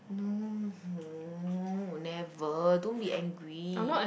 no never don't be angry